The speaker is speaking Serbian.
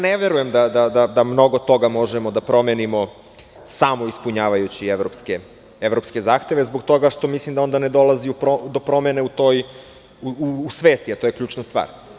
Ne verujem da mnogo toga možemo da promenimo samo ispunjavajući evropske zahteve zbog toga što onda mislim ne dolazi do promene u toj svesti, a to je ključna stvar.